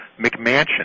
McMansion